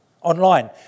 Online